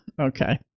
okay